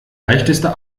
leichteste